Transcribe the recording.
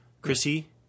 Chrissy